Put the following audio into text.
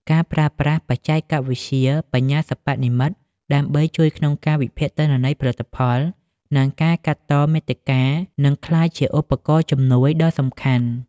ការប្រើប្រាស់បច្ចេកវិទ្យាបញ្ញាសិប្បនិម្មិត ដើម្បីជួយក្នុងការវិភាគទិន្នន័យផលិតផល និងការកាត់តមាតិកា នឹងក្លាយជាឧបករណ៍ជំនួយដ៏សំខាន់។